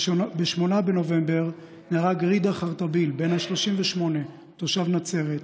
ב-8 בנובמבר נהרג רדא חרטביל, בן 38, תושב נצרת.